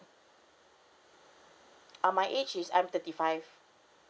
uh my age is I'm thirty five